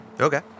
Okay